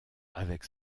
avec